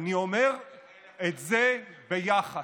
אני אומר את זה ביחס.